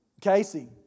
Casey